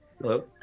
hello